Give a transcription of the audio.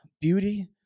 Beauty